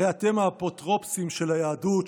הרי אתם האפוטרופוסים של היהדות,